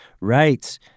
Right